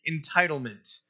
entitlement